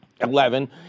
Eleven